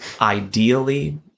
ideally